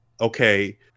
okay